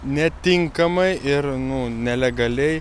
netinkamai ir nu nelegaliai